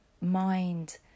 mind